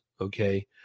Okay